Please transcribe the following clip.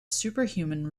superhuman